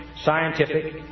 scientific